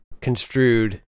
construed